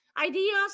ideas